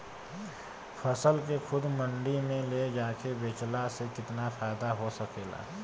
फसल के खुद मंडी में ले जाके बेचला से कितना फायदा हो सकेला?